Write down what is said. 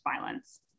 violence